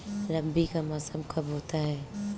रबी का मौसम कब होता हैं?